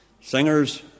Singers